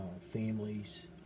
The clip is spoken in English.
families